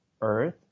Earth